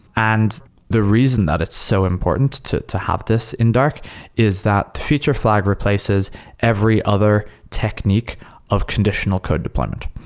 and the reason that it's so important to to have this in dark is that feature flag replaces every other technique of conditional code deployment.